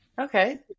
okay